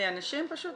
מאנשים פשוט?